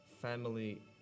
family